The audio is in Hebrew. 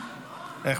אה, סליחה, רון.